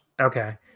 Okay